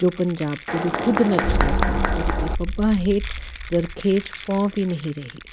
ਜੋ ਪੰਜਾਬ ਕਦੇ ਖੁਦ ਨੱਚਦਾ ਸੀ ਉਸਦੇ ਪੱਬਾਂ ਹੇਠ ਜਰਖੇਜ਼ ਪਹੁ ਵੀ ਨਹੀਂ ਰਹੀ